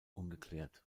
ungeklärt